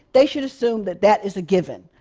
they should assume that that is a given.